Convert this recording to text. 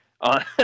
On